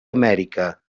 amèrica